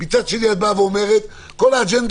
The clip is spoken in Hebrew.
מצד שני את באה ואומרת: כל האג'נדה